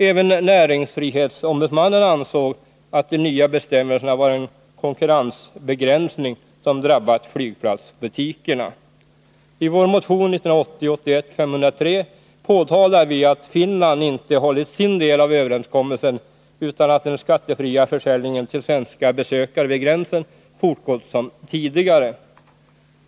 Även näringsfrihetsombudsmannen ansåg att de nya bestämmelserna var en konkurrensbegränsning som drabbat flygplatsbutikerna. I vår motion 1980/81:503 påtalar vi att Finland inte hållit sin del av vid gränsen fortgått som tidigare.